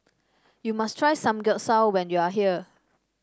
you must try Samgyeopsal when you are here